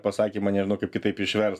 pasakymą nežinau kaip kitaip išverst